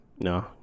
No